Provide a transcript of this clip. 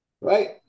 Right